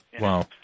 Wow